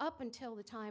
up until the time